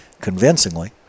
convincingly